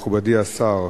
תודה רבה לך, מכובדי השר,